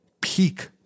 peak